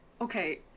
okay